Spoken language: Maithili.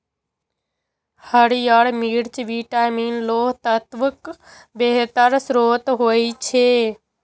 हरियर मिर्च विटामिन, लौह तत्वक बेहतर स्रोत होइ छै